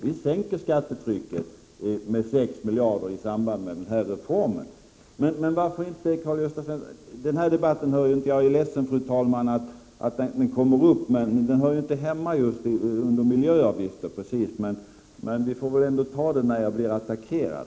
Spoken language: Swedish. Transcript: Vi sänker skattetrycket med sex miljarder i samband med denna reform. Fru talman! Jag är ledsen att denna debatt kommer upp. Den hör inte hemma under miljöavgifter precis, men vi får väl ändå ta den när jag blir attackerad.